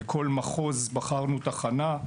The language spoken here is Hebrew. בכל מחוז בחרנו תחנה: